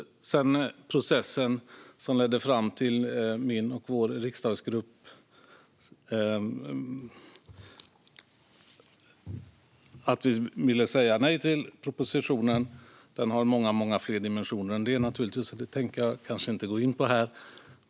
När det gäller processen som ledde fram till att jag och vår riksdagsgrupp vill säga nej till propositionen har den många fler dimensioner. Dem tänker jag kanske inte gå in på här.